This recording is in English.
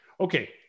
Okay